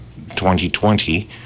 2020